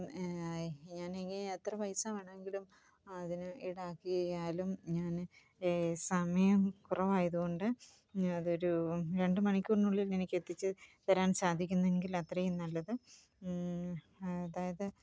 ഞാനെങ്കിൽ എത്ര പൈസ വേണമെങ്കിലും അതിന് ഈടാക്കിയാലും ഞാൻ സമയം കുറവായതുകൊണ്ട് അതൊരു രണ്ട് മണിക്കൂറിനുള്ളിൽ അത് എത്തിച്ചു തരാൻ സാധിക്കുമെങ്കിൽ അത്രയും നല്ലത് അതായത്